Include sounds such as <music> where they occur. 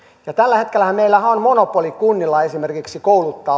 ja tällä hetkellähän meillä on monopoli ainoastaan kunnilla esimerkiksi kouluttaa <unintelligible>